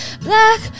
black